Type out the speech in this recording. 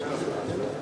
חברת הכנסת לימור לבנת,